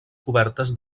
cobertes